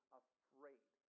afraid